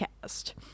cast